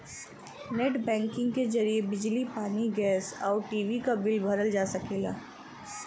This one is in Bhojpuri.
नेट बैंकिंग के जरिए बिजली पानी गैस आउर टी.वी क बिल भरल जा सकला